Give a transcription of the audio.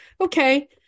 okay